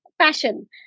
Passion